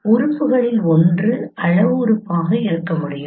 எனவே உறுப்புகளில் ஒன்று அளவு உறுப்பாக இருக்க முடியும்